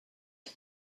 het